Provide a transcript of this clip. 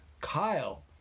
Kyle